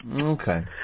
Okay